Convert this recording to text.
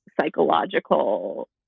psychological